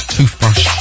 Toothbrush